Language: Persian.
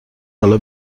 حالا